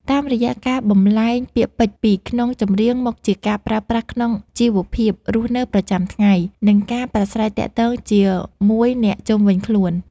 តាមរយៈការបំប្លែងពាក្យពេចន៍ពីក្នុងចម្រៀង មកជាការប្រើប្រាស់ក្នុងជីវភាពរស់នៅប្រចាំថ្ងៃ និងការប្រស្រ័យទាក់ទងជាមូយអ្នកជុំវិញខ្លួន។